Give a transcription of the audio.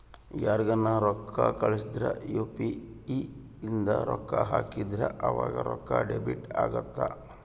ಯಾರ್ಗನ ರೊಕ್ಕ ಕಳ್ಸಿದ್ರ ಯು.ಪಿ.ಇ ಇಂದ ರೊಕ್ಕ ಹಾಕಿದ್ರ ಆವಾಗ ರೊಕ್ಕ ಡೆಬಿಟ್ ಅಗುತ್ತ